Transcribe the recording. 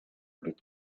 what